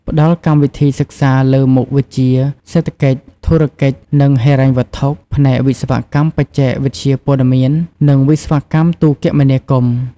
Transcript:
ផ្តល់កម្មវិធីសិក្សាលើមុខវិជ្ជាសេដ្ឋកិច្ច ធុរកិច្ច និងហិរញ្ញវត្ថុ ផ្នែកវិស្វកម្មបច្ចេកវិទ្យាព័ត៌មាន និងវិស្វកម្មទូរគមនាគមន៍។